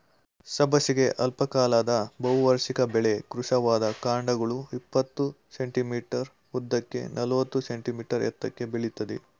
ಸಬ್ಬಸಿಗೆ ಅಲ್ಪಕಾಲದ ಬಹುವಾರ್ಷಿಕ ಬೆಳೆ ಕೃಶವಾದ ಕಾಂಡಗಳು ಇಪ್ಪತ್ತು ಸೆ.ಮೀ ಉದ್ದಕ್ಕೆ ನಲವತ್ತು ಸೆ.ಮೀ ಎತ್ತರಕ್ಕೆ ಬೆಳಿತದೆ